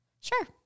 Sure